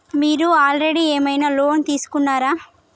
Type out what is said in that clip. మీరు ఆల్రెడీ ఏమైనా లోన్ తీసుకున్నారా?